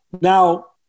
Now